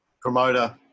promoter